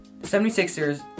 76ers